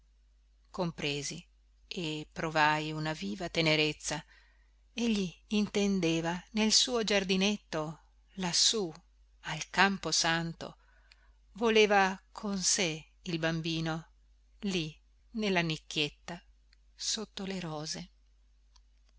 compresi e provai una viva tenerezza egli intendeva nel suo giardinetto lassù al camposanto voleva con sé il bambino lì nella nicchietta sotto le rose